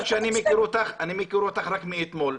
מכיוון שאני מכיר אותך רק מאתמול,